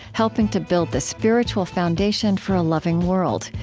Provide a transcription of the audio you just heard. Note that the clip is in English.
helping to build the spiritual foundation for a loving world.